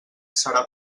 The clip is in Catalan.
serà